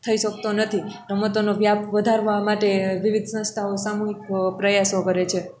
થઈ શકતો નથી રમતોનો વ્યાપ વધારવા માટે વિવિધ સંસ્થાઓ સામૂહિક પ્રયાસો કરે છે